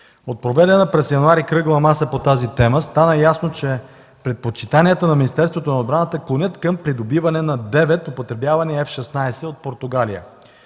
От проведена през януари кръгла маса по тази тема стана ясно, че предпочитанията на Министерството на отбраната клонят към придобиване на девет употребявани F-16 от Португалия.